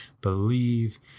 believe